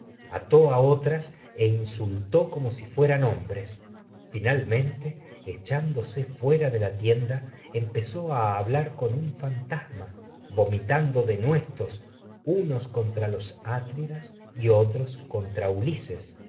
a otras e echándose fantasma insultó como si fueran hombres finalmente fuera de la tienda empezó a hablar con un denuestos unós vomitando contra contra los atridas y otros ulises